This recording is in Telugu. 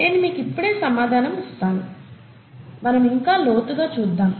నేను మీకు ఇప్పుడే సమాధానం ఇస్తాను మనం ఇంకా లోతు గా చూద్దాము